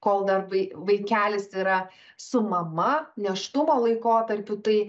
kol dar vai vaikelis yra su mama nėštumo laikotarpiu tai